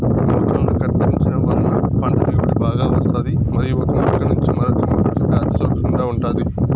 మొక్కలను కత్తిరించడం వలన పంట దిగుబడి బాగా వస్తాది మరియు ఒక మొక్క నుంచి మరొక మొక్కకు వ్యాధి సోకకుండా ఉంటాది